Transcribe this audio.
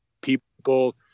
people